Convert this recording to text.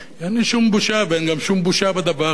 אין לי שום בושה, ואין גם שום בושה בדבר הזה.